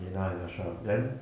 zina and ashraf then